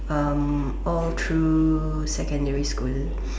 um all through secondary school